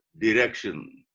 direction